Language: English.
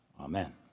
Amen